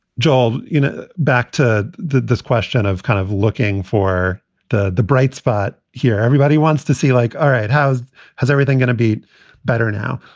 joel, you know, back to this question of kind of looking for the the bright spot here, everybody wants to see like. all right. how's how's everything going to be better now?